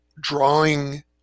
drawing